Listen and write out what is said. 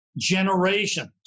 generations